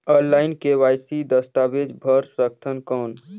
Online KYC दस्तावेज भर सकथन कौन?